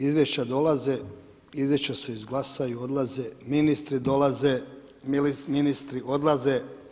Izvješća dolaze, izvješća se izglasaju, odlaze, ministri dolaze, ministri odlaze.